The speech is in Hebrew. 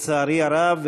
לצערי הרב,